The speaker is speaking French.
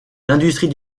l’industrie